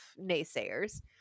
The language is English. naysayers